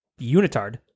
unitard